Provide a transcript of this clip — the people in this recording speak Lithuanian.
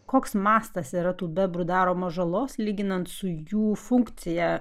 koks mastas yra tų bebrų daromos žalos lyginant su jų funkcija